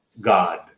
God